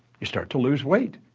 you start to lose weight.